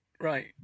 right